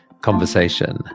conversation